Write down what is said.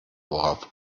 worauf